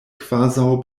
kvazaŭ